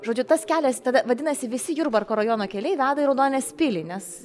žodžiu tas kelias tada vadinasi visi jurbarko rajono keliai veda į raudonės pilį nes